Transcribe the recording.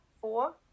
Four